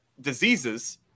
diseases